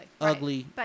Ugly